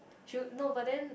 few no but then